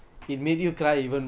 ya ya ya